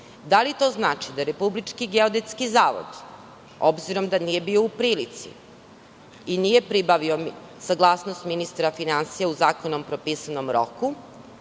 na snagu, da Republički geodetski zavod, obzirom da nije bio u prilici i nije pribavio saglasnost ministra finansija u zakonom propisanom roku,